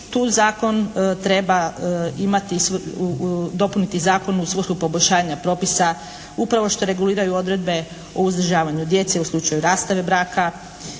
Tu zakon treba imati, dopuniti zakon u svrhu poboljšanja propisa upravo što reguliraju odredbe o uzdržavanju djece u slučaju rastave braka.